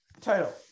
title